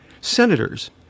senators